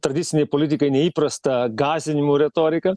tradicinei politikai neįprastą gąsdinimų retorika